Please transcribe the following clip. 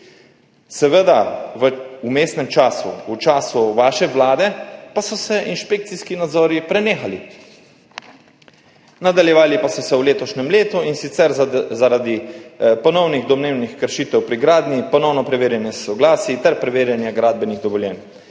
Seveda, v vmesnem času, v času vaše vlade, pa so se inšpekcijski nadzori prenehali, nadaljevali so se v letošnjem letu, in sicer zaradi ponovnih domnevnih kršitev pri gradnji, ponovno preverjanje soglasij ter preverjanje gradbenih dovoljenj.